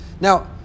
Now